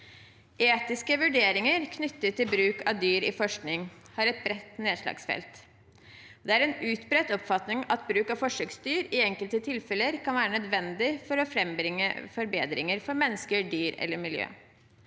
Etiske vurderinger knyttet til bruk av dyr i forskning har et bredt nedslagsfelt. Det er en utbredt oppfatning at bruk av forsøksdyr i enkelte tilfeller kan være nødvendig for å frambringe forbedringer for mennesker, dyr eller miljø.